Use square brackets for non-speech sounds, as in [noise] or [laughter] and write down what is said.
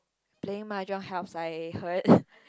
playing mahjong helps I heard [laughs]